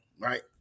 right